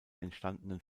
entstandenen